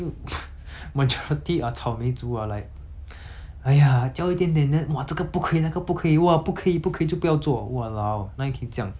!aiya! 教一点点 then !wah! 这个可不可以那个不可以 !wah! 不可以不可以就不要做 !walao! 哪里可以这样都不懂我们那些 lao jiao hor